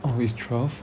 oh is twelve